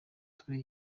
turi